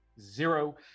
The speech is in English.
zero